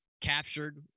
captured